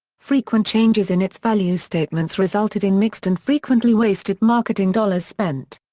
frequent changes in its values statements resulted in mixed and frequently wasted marketing dollars spent.